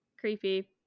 Creepy